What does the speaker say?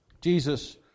Jesus